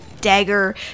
dagger